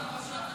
בבקשה.